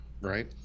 right